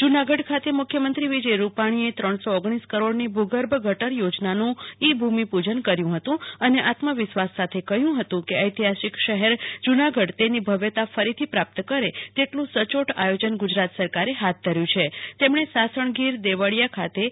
જુનાગઢ ખાતે મુખ્યમંત્રી વિજય રૂપાણીએ ત્રણસો ઓગણીસ કરોડની ભૂ ગર્ભ ગટર યોજનાનું ઈ ભૂ મિપૂ જન કર્યું હતું અને આત્મવીશ્વાસ સાથે કહ્યું હતું કે ઐતિહાસિક શહેર જૂનાગઢ તેની ભવ્યતા ફરીથી પ્રાપ્ત કરે તેટલું સચોટ આયોજન ગુજરાત સરકારે હાથ ધર્યું છે તેમણે સાસણ ગીર દેવળિયા ખાતે રૂ